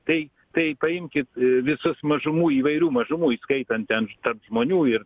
tai tai paimkit visas mažumų įvairių mažumų įskaitant ten tarp žmonių ir